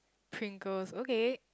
Pringles okay